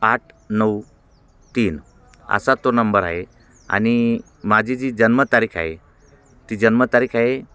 आठ नऊ तीन असा तो नंबर आहे आणि माझी जी जन्मतारीख आहे ती जन्मतारीख आहे